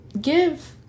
give